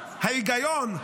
ההיגיון,